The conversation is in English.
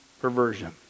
perversion